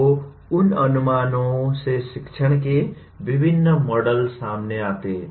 तो उन अनुमानओं से शिक्षण के विभिन्न मॉडल सामने आते हैं